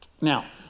Now